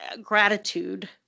gratitude